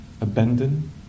Abandon